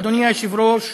אדוני היושב-ראש,